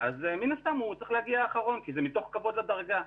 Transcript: מן הסתם הוא צריך להגיע אחרון כי זה מתוך כבוד לדרגה.